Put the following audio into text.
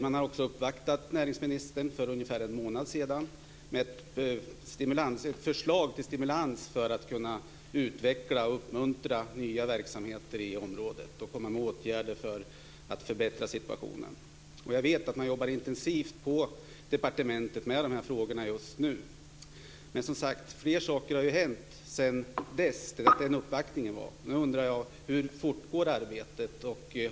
Man uppvaktade också näringsministern för ungefär en månad sedan med ett förslag till stimulans för att kunna utveckla och uppmuntra nya verksamheter i området och komma med åtgärder för att förbättra situationen. Jag vet att man jobbar intensivt på departementet med dessa frågor just nu. Men som sagt har fler saker hänt sedan den uppvaktningen. Nu undrar jag: Hur fortgår arbetet?